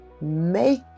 make